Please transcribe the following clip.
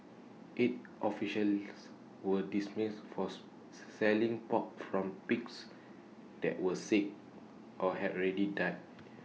eight officials were dismissed force selling pork from pigs that were sick or had already died